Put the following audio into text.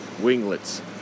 winglets